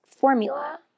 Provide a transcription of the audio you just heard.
formula